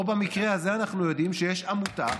או במקרה הזה אנחנו יודעים שיש עמותה